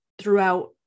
throughout